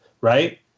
Right